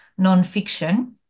nonfiction